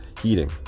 Heating